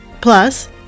Plus